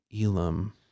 Elam